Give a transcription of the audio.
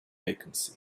vacancy